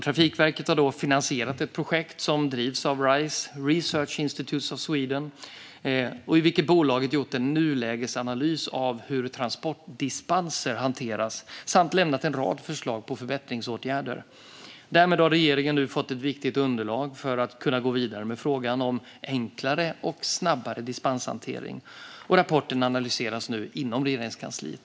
Trafikverket har finansierat ett projekt som drivits av Rise, Research Institutes of Sweden AB, i vilket bolaget har gjort en nulägesanalys av hur transportdispenser hanterats samt lämnat en rad förslag på förbättringsåtgärder. Därmed har regeringen nu fått ett viktigt underlag för att kunna gå vidare med frågan om enklare och snabbare dispenshantering. Rapporten analyseras nu inom Regeringskansliet.